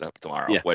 tomorrow